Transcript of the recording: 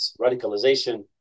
radicalization